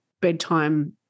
bedtime